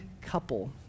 couple